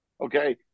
Okay